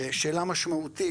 שאלה משמעותית,